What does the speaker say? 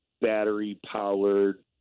battery-powered